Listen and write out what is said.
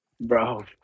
Bro